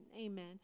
Amen